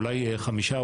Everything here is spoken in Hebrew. אולי חמישה,